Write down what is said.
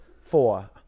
four